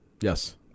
Yes